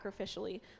sacrificially